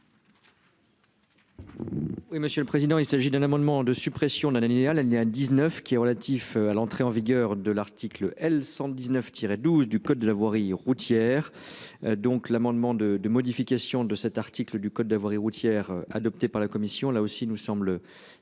Oui, monsieur le président, il s'agit d'un amendement de suppression. L'idéal, elle n'à 19 qui est relatif à l'entrée en vigueur de l'article L 119 tiré 12 du code de la voirie routière. Donc, l'amendement de de modification de cet article du code de voirie routière adopté par la commission là aussi nous semble superflu